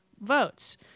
votes